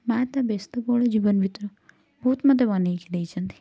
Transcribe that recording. ମାଁ ତ ବ୍ୟସ୍ତ ବହୁଳ ଜୀବନ ଭିତରୁ ବହୁତ ମତେ ବନେଇକି ଦେଇଛନ୍ତି